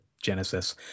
Genesis